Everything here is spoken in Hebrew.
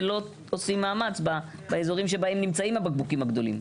ולא עושים מאמץ באזורים שבהם נמצאים הבקבוקים הגדולים.